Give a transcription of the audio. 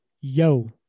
Yo